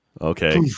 okay